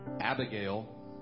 Abigail